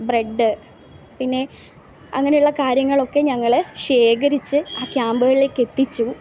bread പിന്നെ അങ്ങനെയുള്ള കാര്യങ്ങളൊക്കെ ഞങ്ങൾ ശേഖരിച്ച് ആ ക്യമ്പുകളിലേക്ക് എത്തിച്ചു